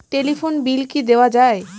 Telephone bill কি দেওয়া যায়?